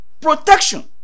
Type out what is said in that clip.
Protection